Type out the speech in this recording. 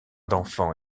d’enfants